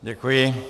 Děkuji.